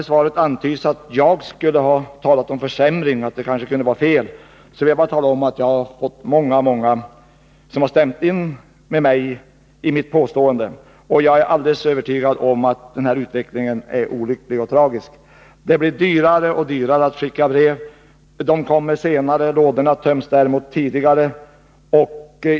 I svaret antyds att jag utan fog skulle ha talat om en försämring. Jag vill med anledning därav tala om att många har instämt i detta mitt påstående. Jag är alldeles övertygad om att den nuvarande utvecklingen är olycklig och tragisk. Det blir dyrare och dyrare att skicka brev, och de kommer fram allt senare. Brevlådorna töms däremot tidigare.